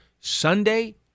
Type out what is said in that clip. Sunday